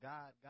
God